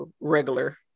regular